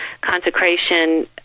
consecration